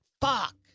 Fuck